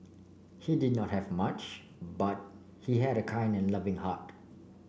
he did not have much but he had a kind and loving heart